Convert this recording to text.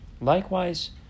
Likewise